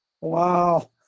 Wow